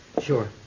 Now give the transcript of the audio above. sure